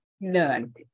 None